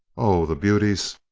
oh, the beauties!